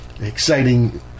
exciting